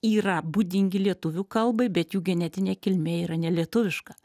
yra būdingi lietuvių kalbai bet jų genetinė kilmė yra nelietuviška